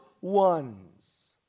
ones